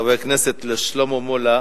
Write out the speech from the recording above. חבר הכנסת שלמה מולה,